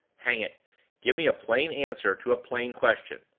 hang it give me a plain answer to a plain question!